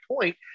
point